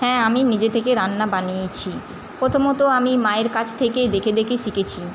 হ্যাঁ আমি নিজে থেকে রান্না বানিয়েছি প্রথমত আমি মায়ের কাছ থেকে দেখে দেখে শিখেছি